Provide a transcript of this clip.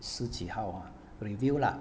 十几号 ha review lah